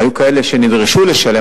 היו כאלה שנדרשו לשלם,